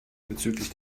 bezüglich